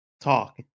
talk